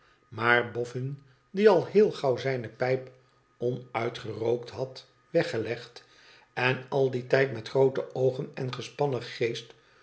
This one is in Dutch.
maar boffin die al heel gauw zijne pijp onuitgerookt had weggelegd en al dien tijd met groote oogen en gespannen geest